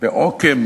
בעוקם